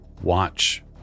watch